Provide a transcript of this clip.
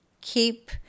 Keep